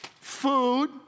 food